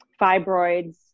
fibroids